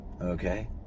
Okay